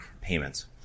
payments